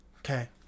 okay